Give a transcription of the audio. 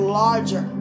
larger